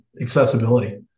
accessibility